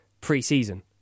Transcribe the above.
pre-season